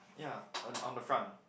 yea on on the front